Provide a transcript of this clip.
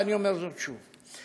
ואני אומר זאת שוב,